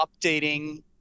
updating